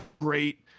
great